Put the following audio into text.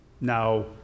Now